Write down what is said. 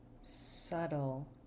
subtle